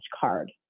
card